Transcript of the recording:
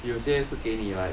有些是给你 like